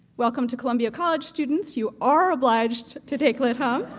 welcome to columbia college students. you are obliged to take lit hum.